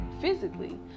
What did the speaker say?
physically